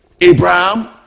Abraham